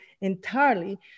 entirely